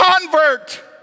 convert